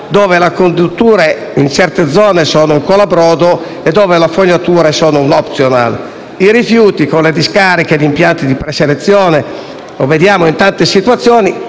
dove le condutture in certe zone sono un colabrodo e dove le fognature sono un *optional* o dei rifiuti, con le discariche e gli impianti di preselezione (lo vediamo in tante situazioni).